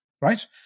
right